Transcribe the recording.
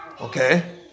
okay